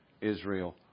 Israel